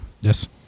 Yes